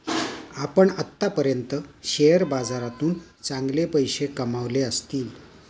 आपण आत्तापर्यंत शेअर बाजारातून चांगले पैसे कमावले असतील